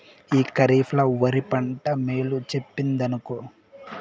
ఈ కరీఫ్ ల ఒరి పంట మేలు చెప్పిందినుకో